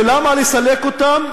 ולמה לסלק אותם?